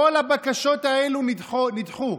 כל הבקשות האלה נדחו.